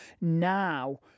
now